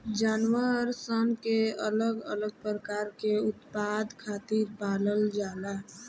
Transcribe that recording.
जानवर सन के अलग अलग प्रकार के उत्पाद खातिर पालल जाला